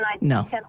No